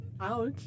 Ouch